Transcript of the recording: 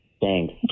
Thanks